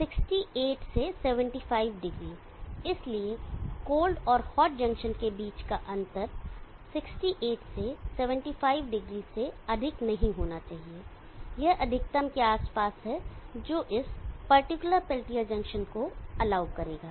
68 से 75o इसलिए cold और हॉट जंक्शन के बीच का अंतर 68 से 75o से अधिक नहीं होना चाहिए यह अधिकतम के आसपास है जो इस पार्टिकुलर पेल्टियर जंक्शन को एलाऊ करेगा